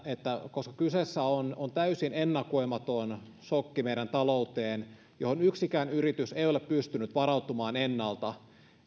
koska kyseessä on on täysin ennakoimaton sokki meidän talouteemme johon yksikään yritys ei ole pystynyt varautumaan ennalta